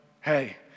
Hey